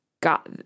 got